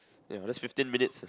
ya that's fifteen minutes